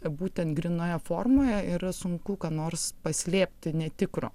būtent grynoje formoje yra sunku ką nors paslėpti netikro